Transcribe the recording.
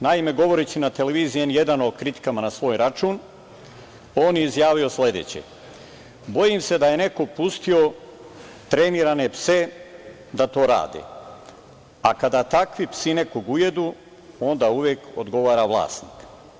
Naime, govoreći na televiziji N1 o kritikama na svoj račun, on je izjavio sledeće: „Bojim se da je neko pustio trenirane pse da to rade, a kada takvi psi nekog ujedu, onda uvek odgovara vlasnik“